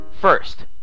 first